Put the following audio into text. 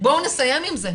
בואו נסיים עם זה.